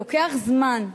לוקח זמן,